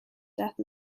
death